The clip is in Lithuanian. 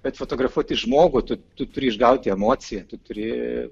bet fotografuoti žmogų tu turi išgauti emociją tu turi